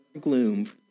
gloom